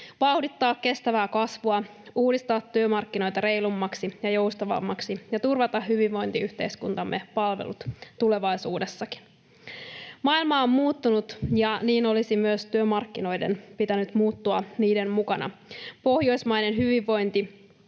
vauhdittaa kestävää kasvua, uudistaa työmarkkinoita reilummaksi ja joustavammaksi ja turvata hyvinvointiyhteiskuntamme palvelut tulevaisuudessakin. Maailma on muuttunut, ja niin olisi myös työmarkkinoiden pitänyt muuttua sen mukana. Pohjoismainen hyvinvointi